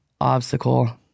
obstacle